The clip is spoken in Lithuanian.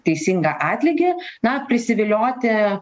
teisingą atlygį na prisivilioti